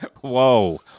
Whoa